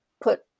put